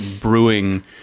brewing